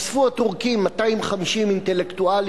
אספו הטורקים 250 אינטלקטואלים,